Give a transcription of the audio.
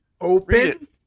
Open